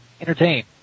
entertain